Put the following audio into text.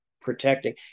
protecting